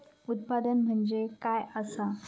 उत्पादन म्हणजे काय असा?